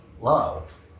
love